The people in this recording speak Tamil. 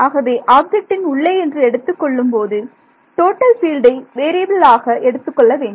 ஆகவே ஆப்ஜெக்டின் உள்ளே என்று எடுத்துக் கொள்ளும்போது டோட்டல் பீல்டை வேறியபில் ஆக எடுத்துக்கொள்ள வேண்டும்